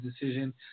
decision